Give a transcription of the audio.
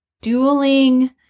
dueling